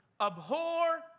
Abhor